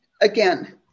again